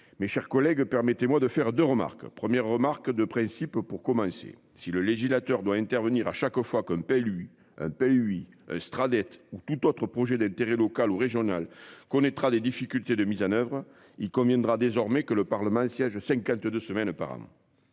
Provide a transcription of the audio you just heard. Mes chers collègues permettez-moi de faire 2 remarques. Première remarque de principe pour commencer. Si le législateur doit intervenir à chaque fois qu'un palu, un palu oui Stradella ou tout autre projet d'intérêt local ou régional connaîtra des difficultés de mise en oeuvre. Il conviendra désormais que le Parlement siège de 52 semaines auparavant.